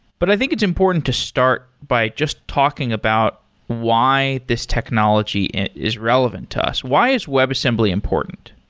but i think it's important to start by just talking about why this technology is relevant to us. why is web assembly important?